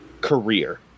career